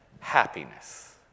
Happiness